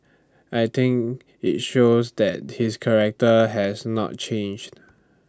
I think IT shows that his character has not changed